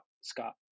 Scott